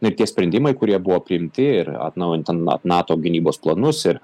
ir tie sprendimai kurie buvo priimti ir atnaujint na nato gynybos planus ir